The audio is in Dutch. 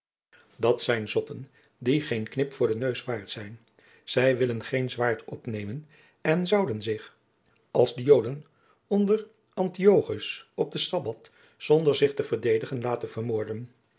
dat zijn zotten die geen knip voor den neus waard zijn zij willen geen zwaard opnemen en zouden zich als de joden onder antiochus op den sabbath zonder zich te verdedigen laten vermoorden